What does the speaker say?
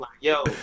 yo